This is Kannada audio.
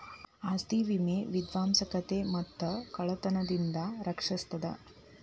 ಆಸ್ತಿ ವಿಮೆ ವಿಧ್ವಂಸಕತೆ ಮತ್ತ ಕಳ್ತನದಿಂದ ರಕ್ಷಿಸ್ತದ